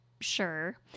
sure